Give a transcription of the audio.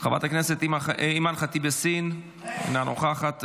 חברת הכנסת אימאן ח'טיב יאסין, אינה נוכחת,